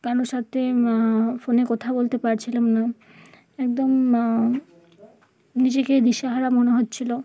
কারোর সাথে ফোনে কথা বলতে পারছিলাম না একদম নিজেকে দিশাহারা মনে হচ্ছিলো